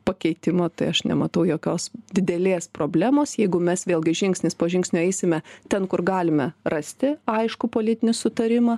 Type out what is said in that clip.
pakeitimo tai aš nematau jokios didelės problemos jeigu mes vėlgi žingsnis po žingsnio eisime ten kur galime rasti aiškų politinį sutarimą